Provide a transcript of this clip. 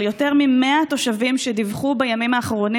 של יותר מ-100 תושבים שדיווחו בימים האחרונים